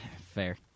Fair